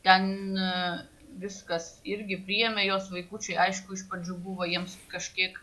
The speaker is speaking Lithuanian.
ten viskas irgi priėmė jos vaikučiai aišku iš pradžių buvo jiems kažkiek